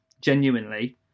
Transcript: genuinely